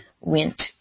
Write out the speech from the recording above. went